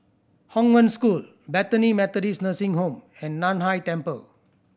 Hong Wen School Bethany Methodist Nursing Home and Nan Hai Temple